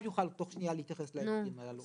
יוכל תוך שנייה להתייחס לעניינים הללו.